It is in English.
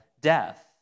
death